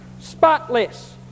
spotless